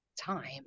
time